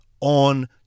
on